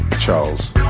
Charles